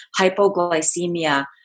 Hypoglycemia